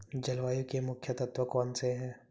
जलवायु के मुख्य तत्व कौनसे हैं?